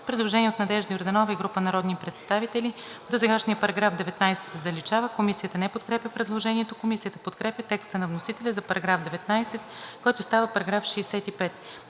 Предложение от Надежда Йорданова и група народни представители: „Досегашният § 19 се заличава.“ Комисията не подкрепя предложението. Комисията подкрепя текста на вносителя за § 19, който става § 65.